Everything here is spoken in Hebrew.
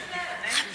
לנחמן יש יותר.